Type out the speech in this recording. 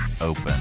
open